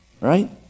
right